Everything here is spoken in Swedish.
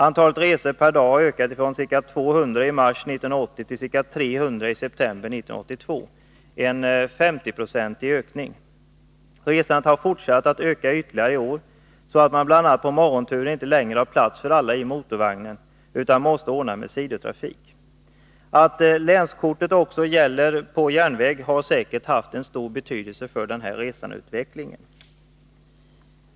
Antalet resor per dag har ökat från ca 200 i mars 1980 till ca 300 i september 1982 - en ökning med 50 26. Resandet har fortsatt att öka ytterligare i år, så att man bl.a. på morgonturen inte längre har plats för alla i motorvagnen utan måste ordna med sidotrafik. Att länskortet gäller också på järnväg har säkert haft stor betydelse för denna resandeutveckling.